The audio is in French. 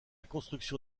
construction